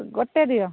ଗୋଟେ ଦିଅ